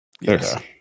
yes